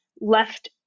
left